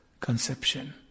conception